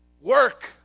Work